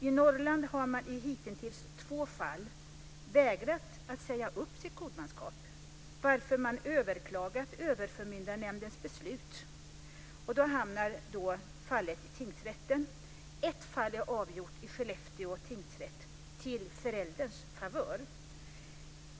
I Norrland har man i hitintills två fall vägrat att säga upp sitt godmanskap varför man överklagat överförmyndarnämndens beslut. Då hamnar fallet i tingsrätten. Ett fall är avgjort i Skellefteå tingsrätt till förälderns favör.